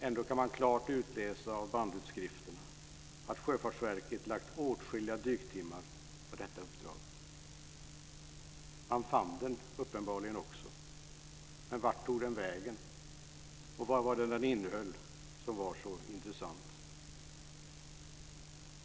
Ändå kan man klart utläsa av bandutskrifterna att Sjöfartsverket lagt åtskilliga dyktimmar på detta uppdrag. Man fann uppenbarligen också portföljen, men vart tog den vägen och vad innehöll den som var så intressant?